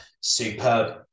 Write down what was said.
superb